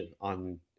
on